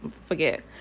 forget